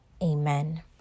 Amen